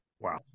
Wow